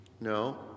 no